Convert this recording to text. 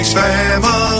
family